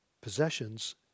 possessions